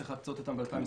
צריך להקצות אותם ב-2021.